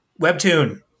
Webtoon